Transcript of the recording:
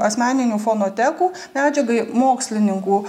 asmeninių fonotekų medžiagai mokslininkų